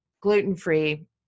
gluten-free